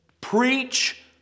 Preach